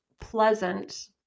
pleasant